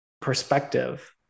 perspective